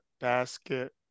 Basket